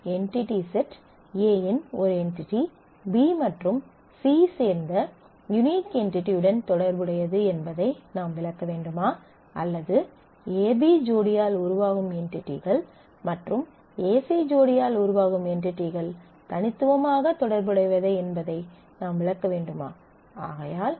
entity set A இன் ஒரு entity B மற்றும் C சேர்ந்த யுனிக் என்டிடியுடன் தொடர்புடையது என்பதை நாம் விளக்க வேண்டுமா அல்லது AB ஜோடியால் உருவாகும் என்டிடிகள் மற்றும் AC ஜோடியால் உருவாகும் என்டிடிகள் தனித்துவமாக தொடர்புடையவை என்பதை நாம் விளக்க வேண்டுமா